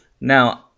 Now